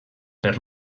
per